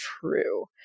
true